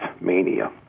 mania